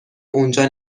اونجا